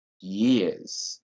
years